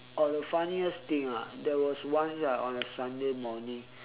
oh the funniest thing ah there was once ah on a sunday morning